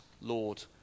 Lord